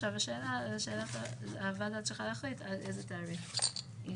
ועכשיו הוועדה צריכה להחליט עד איזה תאריך היא